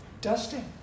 Dusting